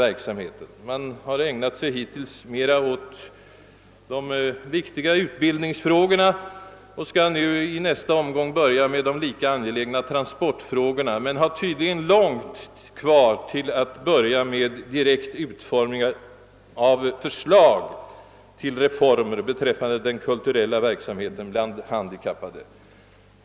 Utredningen har hittills ägnat sig mera åt de viktiga utbildningsfrågorna och skall i nästa omgång börja med de lika angelägna transportfrågorna, men den har tydligen långt kvar till en direkt utformning av förslag till reformer beträffande den kulturella verksamheten bland handikappade.